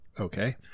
okay